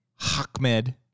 Hakmed